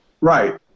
Right